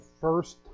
first